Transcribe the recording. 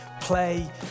Play